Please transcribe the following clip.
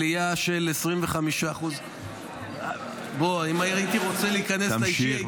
עלייה של 25%. --- אם הייתי רוצה להיכנס לאישי,